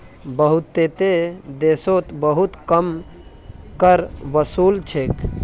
बहुतेते देशोत बहुत कम कर वसूल छेक